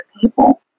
people